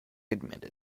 admitted